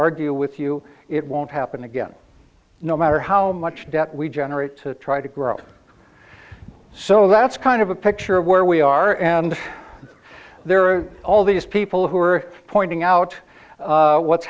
argue with you it won't happen again no matter how much debt we generate to try to grow so that's kind of a picture of where we are and there are all these people who are pointing out what's